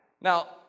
Now